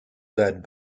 led